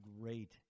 great